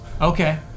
Okay